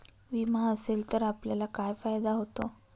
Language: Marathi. विमा असेल तर आपल्याला काय फायदा होतो?